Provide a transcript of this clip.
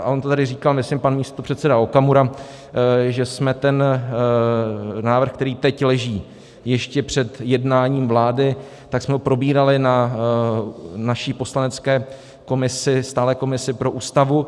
A on to tady říkal myslím pan místopředseda Okamura, že jsme ten návrh, který teď leží, ještě před jednáním vlády, tak jsme ho probírali na naší poslanecké komisi stálé komisi pro Ústavu.